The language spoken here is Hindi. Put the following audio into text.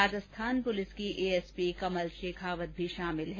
राजस्थान पुलिस की एएसपी कमल शेखावत भी शामिल हैं